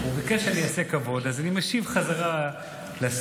הוא ביקש שאני אעשה כבוד, אז אני משיב בחזרה לשר